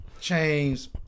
chains